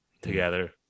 together